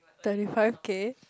thirty five K